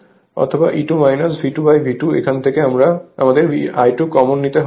অথবা V2 এখান থেকে আমাদের I2 কমন নিতে হবে